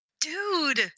Dude